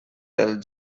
del